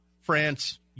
France